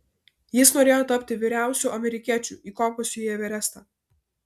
jis norėjo tapti vyriausiu amerikiečiu įkopusių į everestą